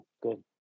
good